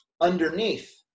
underneath